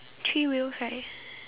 three wheels right